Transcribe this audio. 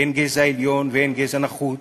אין גזע עליון ואין גזע נחות,